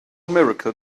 miracle